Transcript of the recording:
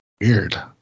Weird